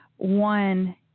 One